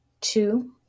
two